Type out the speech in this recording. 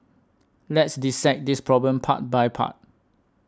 let's dissect this problem part by part